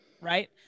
right